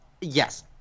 yes